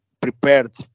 prepared